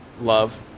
Love